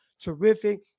Terrific